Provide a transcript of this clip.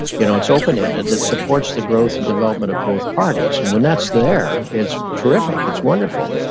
you know it's open-ended that supports the growth and development of both parties. and when that's there, it's terrific, it's wonderful,